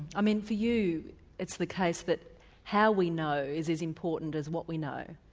i mean for you it's the case that how we know is as important as what we know.